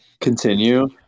Continue